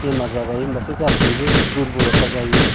बेमार जाबाय होमब्लाथाय गासिबो दुरबलथा जायो